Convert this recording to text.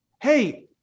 hey